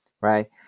right